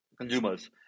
consumers